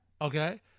Okay